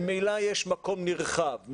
ממילא יש מקום נרחב,